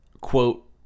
quote